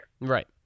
Right